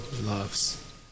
loves